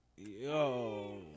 Yo